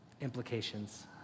implications